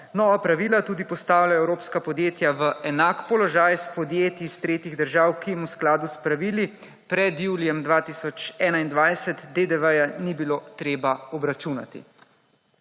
Nova pravila tudi postavljajo evropska podjetja v enak položaj s podjetij iz tretjih držav, ki jim v skladu s pravili pred julijem 2021 DDV-ja ni bilo treba obračunati.